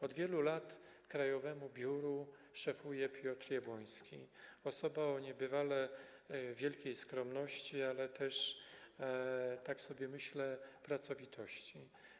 Od wielu lat krajowemu biuru szefuje Piotr Jabłoński, osoba o niebywale wielkiej skromności, ale też, tak sobie myślę, pracowitości.